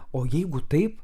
o jeigu taip